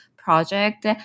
project